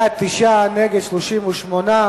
בעד, 9, נגד, 38,